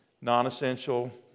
non-essential